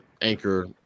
anchor